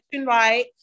right